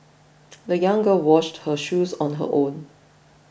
the young girl washed her shoes on her own